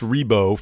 Rebo